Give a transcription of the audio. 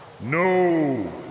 No